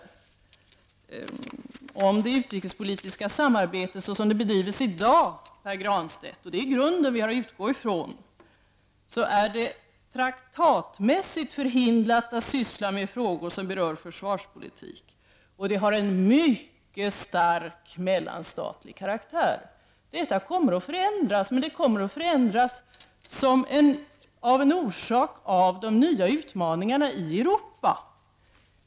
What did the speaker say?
Såsom det utrikespolitiska samarbetet bedrivs i dag, Pär Granstedt, och det är den grund vi har att utgå ifrån, är det traktatmässigt förhindrat att syssla med frågor som berör försvarspolitik. Det har en mycket stark mellanstatlig karaktär. Detta kommer att förändras men det kommer att förändras som en orsak av de nya utmaningarna i Europa.